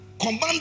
command